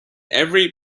every